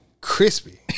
crispy